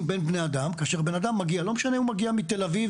בין בני אדם כאשר בן אדם מגיע ולא משנה אם הוא מגיע מתל אביב